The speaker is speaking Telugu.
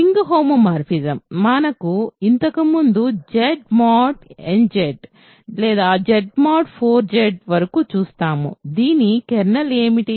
రింగ్ హోమోమార్ఫిజం మనం ఇంతకు ముందు Z నుండి Z 4 Z Z mod 4 Z వరకు చూసాము దీని కెర్నల్ ఏమిటి